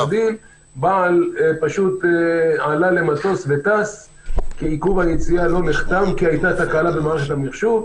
בעל פשוט עלה למטוס כי עיכוב היציאה לא בוצע בגלל תקלה במערכת המחשוב.